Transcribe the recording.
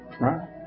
right